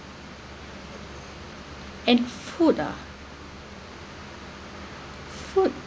and food ah food